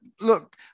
Look